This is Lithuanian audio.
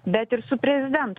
bet ir su prezidento